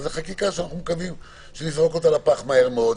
אבל זו חקיקה שאנחנו מקווים שנזרוק אותה לפח מהר מאוד.